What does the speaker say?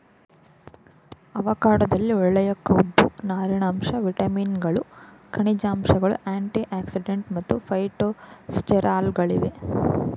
ಅವಕಾಡೊದಲ್ಲಿ ಒಳ್ಳೆಯ ಕೊಬ್ಬು ನಾರಿನಾಂಶ ವಿಟಮಿನ್ಗಳು ಖನಿಜಾಂಶಗಳು ಆಂಟಿಆಕ್ಸಿಡೆಂಟ್ ಮತ್ತು ಫೈಟೊಸ್ಟೆರಾಲ್ಗಳಿವೆ